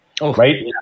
Right